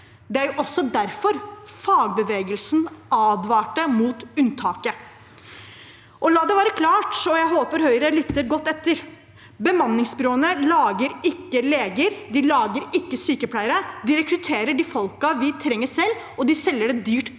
Det var også derfor fagbevegelsen advarte mot unntaket. La det være klart, og jeg håper Høyre hører godt etter: Bemanningsbyråene lager ikke leger, de lager ikke sykepleiere. De rekrutterer de folkene vi trenger selv, og de selger dem dyrt